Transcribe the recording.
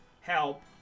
help